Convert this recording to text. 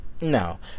no